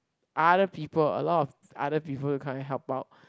other people a lot of other people to come and help out